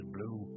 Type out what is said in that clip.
Blue